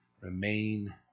remain